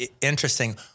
interesting